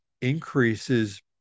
increases